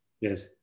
yes